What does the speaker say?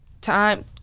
time